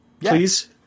please